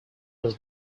was